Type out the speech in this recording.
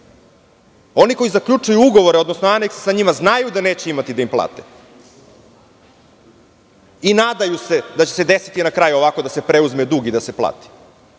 Oni koji zaključuju ugovore, odnosno anekse, sa njima znaju da neće imati da im plate. Nadaju da će se desiti na kraju ovako da se preuzme dug i da se plati.